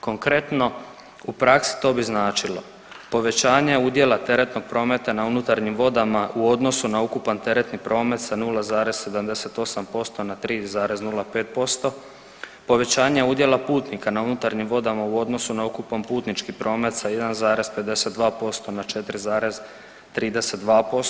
Konkretno u praksi to bi značilo povećanje udjela teretnog prometa na unutarnjim vodama u odnosu na ukupan teretni promet sa 0,78% na 3,05% povećanja udjela putnika na unutarnjim vodama u odnosu na ukupan putnički promet sa 1,52% na 4,32%